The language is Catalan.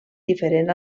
diferent